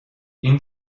این